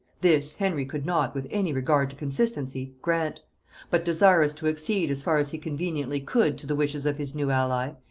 this henry could not, with any regard to consistency, grant but desirous to accede as far as he conveniently could to the wishes of his new ally,